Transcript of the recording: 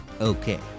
okay